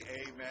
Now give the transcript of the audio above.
amen